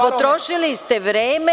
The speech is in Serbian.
Potrošili ste vreme.